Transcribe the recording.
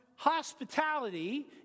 hospitality